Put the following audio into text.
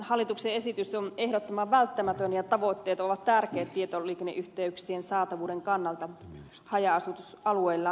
hallituksen esitys on ehdottoman välttämätön ja tavoitteet ovat tärkeät tietoliikenneyhteyksien saatavuuden kannalta haja asutusalueilla